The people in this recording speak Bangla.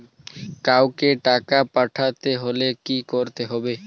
কাওকে টাকা পাঠাতে হলে কি করতে হবে?